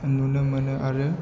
नुनो मोनो आरो